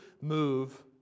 move